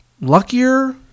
luckier